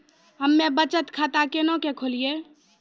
हम्मे बचत खाता केना के खोलियै?